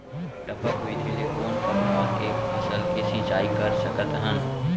टपक विधि ले कोन परकार के फसल के सिंचाई कर सकत हन?